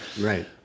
right